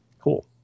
Cool